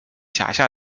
辖下